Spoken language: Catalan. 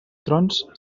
trons